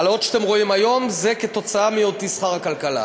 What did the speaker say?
ההעלאות שאתם רואים היום הן תוצאה של היותי שר הכלכלה,